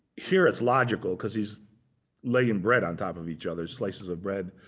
here it's logical, because he's laying bread on top of each, other slices of bread.